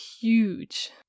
huge